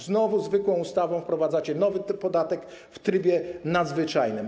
Znowu zwykłą ustawą wprowadzacie nowy podatek w trybie nadzwyczajnym.